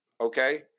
okay